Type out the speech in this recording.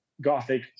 gothic